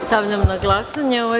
Stavljam na glasanje ovaj